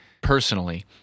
personally